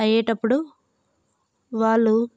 అయ్యేటప్పుడు వాళ్ళు